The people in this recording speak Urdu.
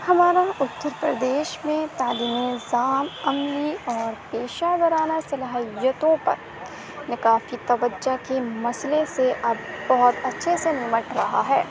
ہمارا اتر پردیش میں تعلیمی نظام عملی اور پیشہ ورانہ صلاحیتوں پر نکافی توجہ کی مسئلے سے اب بہت اچھے سے نمٹ رہا ہے